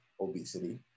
obesity